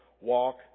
Walk